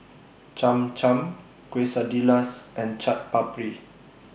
Cham Cham Quesadillas and Chaat Papri